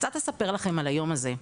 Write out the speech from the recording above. קצת אספר לכם על היום הזה.